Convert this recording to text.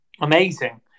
amazing